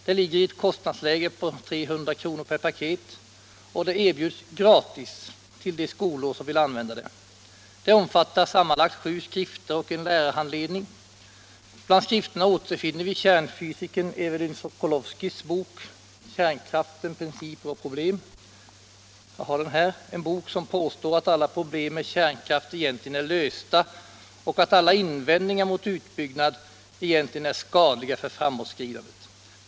Det ligger i kostnadsläget 300 kr. per paket, och det erbjuds gratis till de skolor som vill använda det. Det omfattar sammanlagt sju skrifter och en lärarhandledning. Bland skrifterna återfinner vi kärnfysikern Evelyn Sokolowskis bok Kärnkraften — principer och problem, en bok som påstår att alla problem med kärnkraft egentligen är lösta och att alla invändningar mot en utbyggnad i själva verket är skadliga för framåtskridandet.